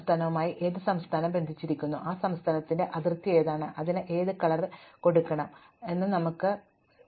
ഏത് സംസ്ഥാനവുമായി ഏത് സംസ്ഥാനവുമായി ബന്ധിപ്പിച്ചിരിക്കുന്നു ഏത് സംസ്ഥാനമാണ് ഏത് സംസ്ഥാനത്തിന്റെ അതിർത്തി എന്ന് നമുക്ക് അറിയേണ്ടതുണ്ട്